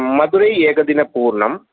Madurai एकदिनपूर्णम्